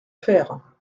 faire